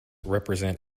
represent